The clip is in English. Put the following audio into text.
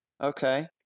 Okay